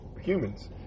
humans